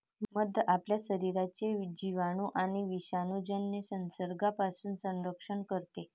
मध आपल्या शरीराचे जिवाणू आणि विषाणूजन्य संसर्गापासून संरक्षण करते